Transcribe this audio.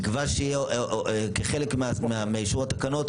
נקבע שתהיה כחלק מאישור התקנות,